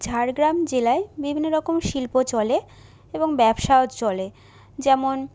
ঝাড়গ্রাম জেলায় বিভিন্ন রকম শিল্প চলে এবং ব্যবসাও চলে যেমন